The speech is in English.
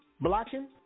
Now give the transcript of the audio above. Blocking